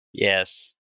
Yes